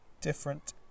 different